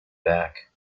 back